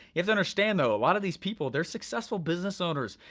have to understand though, a lot of these people, they're successful business owners,